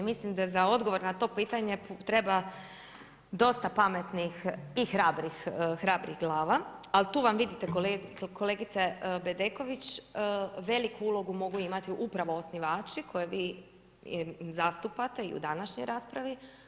Mislim da za odgovor na to pitanje treba dosta pametnih i hrabrih glava, ali tu vam vidite kolegice Bedeković, veliku ulogu mogu imati upravo osnivači koje vi zastupate i u današnjoj raspravi.